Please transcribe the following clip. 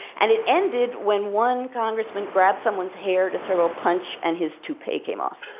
and it ended when one congressman grabbed someone's hair to serve a punch and his toupee came off.